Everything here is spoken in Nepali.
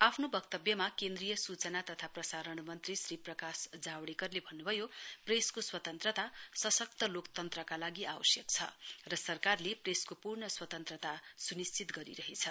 आफ्नो बक्त्वयमा केन्द्रीय सूचना तथा प्रसारण मन्त्री श्री प्रकाश जावड़ेकरले भन्न्भयो प्रेसको स्वतन्त्रता सशक्त लोकतन्त्रका लागि आवश्यक छ र सरकारले प्रेसको पूर्ण स्वतन्त्रमा स्निश्चित गरिरहेछ